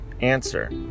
Answer